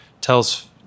tells